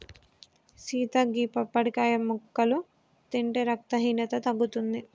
సీత గీ పప్పడికాయ ముక్కలు తింటే రక్తహీనత తగ్గుతుంది